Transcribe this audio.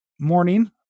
morning